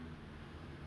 um